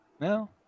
No